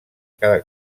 cada